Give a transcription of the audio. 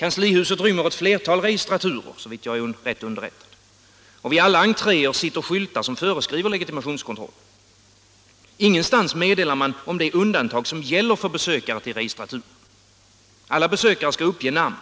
Kanslihuset rymmer, såvida jag är riktigt underrättad, ett flertal registraturer. Vid alla entréer sitter skyltar som föreskriver legitimationskontroll. Ingenstans informerar man om det undantag som gäller för besökare till registratur. Alla besökare skall uppge namn.